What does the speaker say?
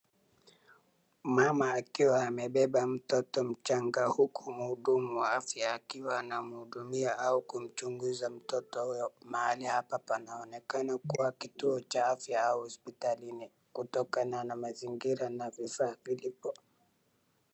Mama akiwa amebeba mtoto mchanga huku mhudumu wa afya akiwa anamhudumia au kumchunguza mtoto huyo. Mahali hapa panaonekana kuwa kituo cha afya au hospitalini. Kutokana na mazingira na vifaa vilivyo..